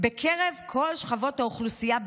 בקרב כל שכבות האוכלוסייה".